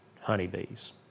honeybees